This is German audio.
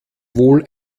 wohl